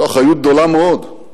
זו אחריות גדולה מאוד.